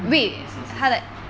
mm yes yes yes